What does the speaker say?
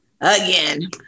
again